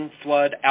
flood